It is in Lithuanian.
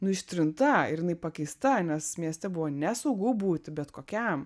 nu ištrinta ir jinai pakeista nes mieste buvo nesaugu būti bet kokiam